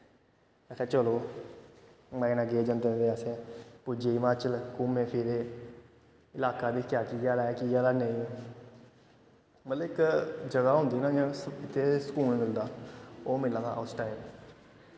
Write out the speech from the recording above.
आक्खे चलो मज़े ने गे जंदे जंदे अस पुज्जे हिमाचल घूमे फिरे अलाका दिक्खेआ किहा लेहा ऐ किहा लेहा नेईं मतलब इक जगह् होंदी ना इ'यां जित्थें सकून मिलदा ओह् मिला दा हा उस टाइम